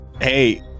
Hey